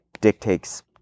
dictates